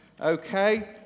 Okay